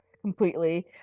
completely